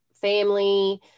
family